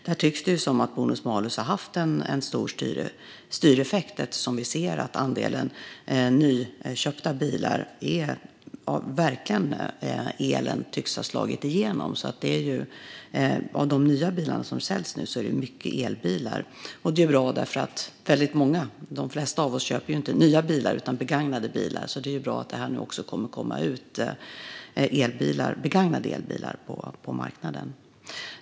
Det tycks som att bonus-malus har haft en stor styreffekt, eftersom vi ser att elen tycks ha slagit igenom när det gäller andelen nyinköpta bilar. Av de nya bilar som nu säljs är många elbilar. Det är bra. Eftersom de flesta av oss inte köper nya bilar utan begagnade bilar är det bra att det nu kommer att komma ut begagnade elbilar på marknaden.